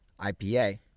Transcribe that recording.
IPA